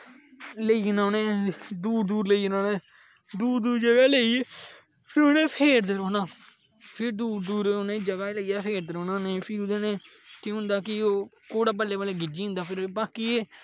लेई जाना उनें दूर दूर लेई जाना उनें दूर दूर जाह्गा लेई गे फिर उनें पेरदे रौहना फिर दूर दूर उंहेगी जगह लेइयै फेरदे रौह्ना फ्ही ओहदे कन्नै केह् होंदा कि घोड़ा बल्लें बल्लें गिज्झी जंदा फिर बाकी ऐ